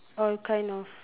all kind of